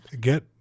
Get